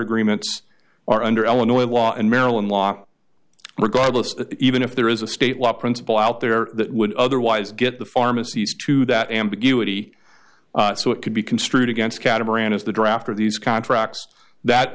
agreements are under illinois law and maryland law regardless even if there is a state law principle out there that would otherwise get the pharmacy's to that ambiguity so it could be construed against catamaran as the drafter of these contracts that